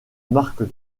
marque